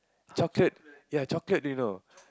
chocolate ya chocolate you know